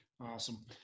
Awesome